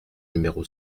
numéro